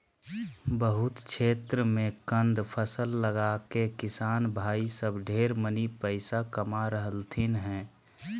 बहुत क्षेत्र मे कंद फसल लगाके किसान भाई सब ढेर मनी पैसा कमा रहलथिन हें